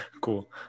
Cool